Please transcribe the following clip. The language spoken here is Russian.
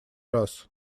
раз